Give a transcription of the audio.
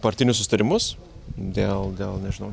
partinius susitarimus dėl dėl nežinau